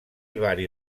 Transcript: vari